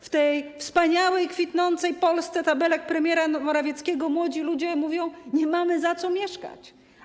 W tej wspaniałej, kwitnącej Polsce tabelek premiera Morawieckiego młodzi ludzie mówią: Nie mamy za co mieszkać.